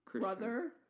brother